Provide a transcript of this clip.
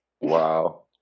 Wow